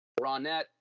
Ronette